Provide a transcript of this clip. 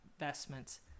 investments